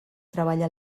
treballa